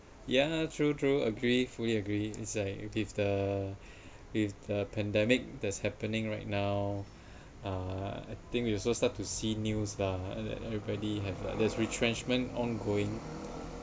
ya true true agree fully agree it's like if the if the pandemic that's happening right now uh I think you also start to see news lah and then really have lah there's retrenchment ongoing